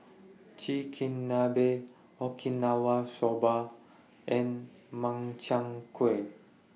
Chigenabe Okinawa Soba and Makchang Gui